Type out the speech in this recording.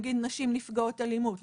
נגיד נשים נפגעות אלימות,